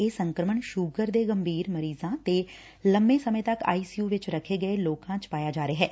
ਇਹ ਸੰਕਰਮਣ ਸੁਗਰ ਦੇ ਗੰਭੀਰ ਮਰੀਜ਼ਾਂ ਤੇ ਲੰਬੇ ਸਮੇਂ ਤੱਕ ਆਈ ਸੀ ਯੁ ਚ ਰੱਖੇ ਗਏ ਲੋਕਾਂ ਚ ਪਾਇਆ ਜਾ ਰਿਹੈ